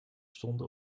stonden